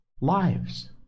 lives